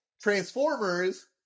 transformers